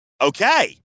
Okay